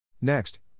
Next